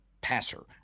passer